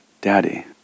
Daddy